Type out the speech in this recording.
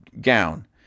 gown